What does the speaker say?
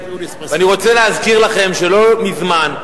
ואני רוצה להזכיר לכם שלא מזמן,